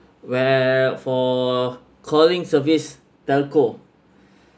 where for calling service telco